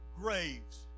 graves